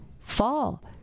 Fall